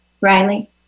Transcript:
Riley